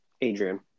Adrian